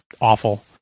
awful